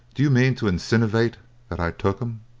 do you mean to insinivate that i took em?